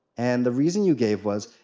and the reason you gave was,